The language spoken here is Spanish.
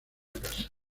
casa